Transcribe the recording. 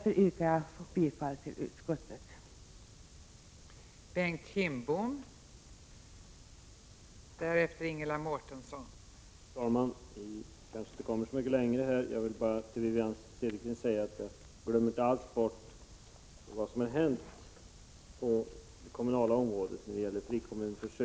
Jag yrkar härmed bifall till utskottets hemställan.